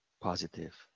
positive